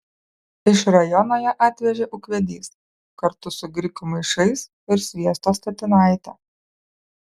iš rajono ją atvežė ūkvedys kartu su grikių maišais ir sviesto statinaite